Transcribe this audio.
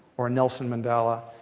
or nelson mandela.